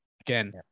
Again